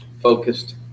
focused